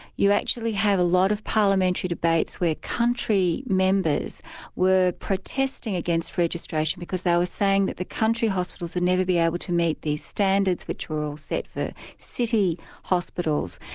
you actually had a lot of parliamentary debates where country members were protesting against registration because they were saying that the country hospitals would never be able to meet these standards which were all set for city hospitals.